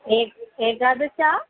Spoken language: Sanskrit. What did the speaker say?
ए एकादश